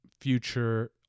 future